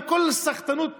על כל, סחטנות פוליטית.